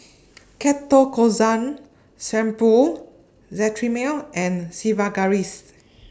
Ketoconazole Shampoo Cetrimide and Sigvaris